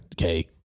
Okay